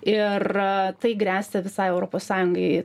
ir tai gresia visai europos sąjungai